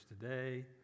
today